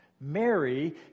Mary